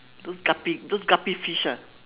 those guppy those guppy fish ah